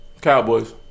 Cowboys